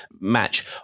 match